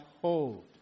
hold